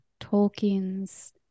Tolkien's